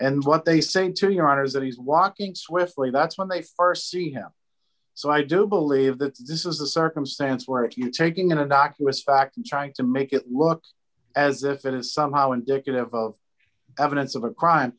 and what they say to your honor is that he's walking swiftly that's when they st see him so i do believe that this is a circumstance where if you're taking a doctor with fact and trying to make it look as if it is somehow indicative of evidence of a crime